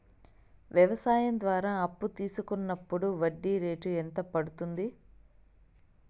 వ్యవసాయం ద్వారా అప్పు తీసుకున్నప్పుడు వడ్డీ రేటు ఎంత పడ్తుంది